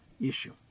issue